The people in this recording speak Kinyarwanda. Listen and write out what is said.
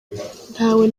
ntawe